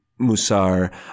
Musar